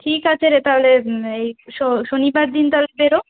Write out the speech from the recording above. ঠিক আছে রে তাহলে এই শো শনিবার দিন তাহলে বেরো